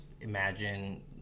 imagine